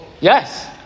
Yes